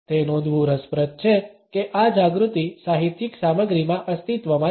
તે નોંધવું રસપ્રદ છે કે આ જાગૃતિ સાહિત્યિક સામગ્રીમાં અસ્તિત્વમાં છે